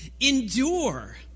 endure